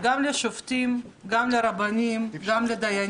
גם על שופטים, גם על רבנים, גם על דיינים,